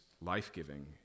life-giving